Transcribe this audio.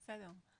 בסדר.